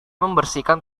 membersihkan